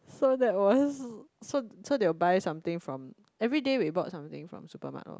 so that was so so they will buy something from every day we bought something from supermarket lor